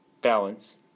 balance